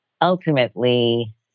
Ultimately